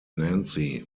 nancy